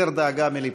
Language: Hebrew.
הסר דאגה מליבך.